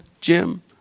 Jim